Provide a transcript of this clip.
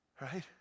right